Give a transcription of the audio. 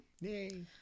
Yay